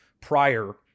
prior